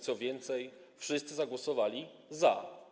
Co więcej, wszyscy zagłosowali za.